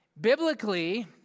Biblically